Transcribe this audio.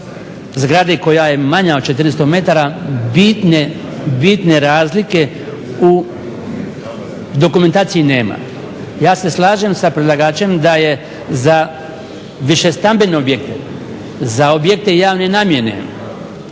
zgrade koja je manja od 400 metara bitne razlike u dokumentaciji nema. Ja se slažem sa predlagačem da je za više stambene objekte, za objekte javne namjene